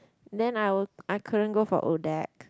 then I will I couldn't go for odac